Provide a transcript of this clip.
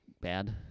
bad